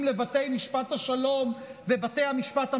לבתי משפט השלום ובתי המשפט המחוזיים.